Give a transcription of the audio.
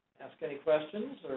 ask any questions,